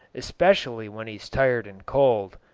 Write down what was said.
especially when he's tired and cold.